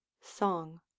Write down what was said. Song